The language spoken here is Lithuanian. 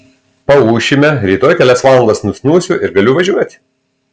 paūšime rytoj kelias valandas nusnūsiu ir galiu važiuoti